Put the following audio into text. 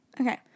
Okay